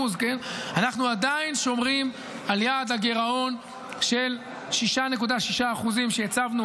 אנחנו עדיין שומרים על יעד הגירעון של 6.6% שהצבנו